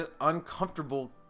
uncomfortable